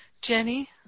Jenny